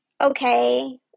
okay